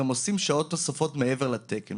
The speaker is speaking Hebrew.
אלא גם שעות נוספות מעבר לתקן,